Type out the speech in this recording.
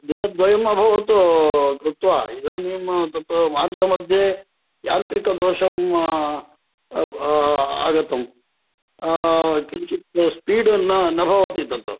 दिनद्वयमभवत् कृत्वा इदानीं तत् मार्गमध्ये यान्त्रिकदोषं आगतं किञ्चित् स्पीड् न न भवति तत्